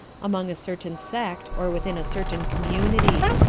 among a certain sect or within a certain community.